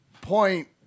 point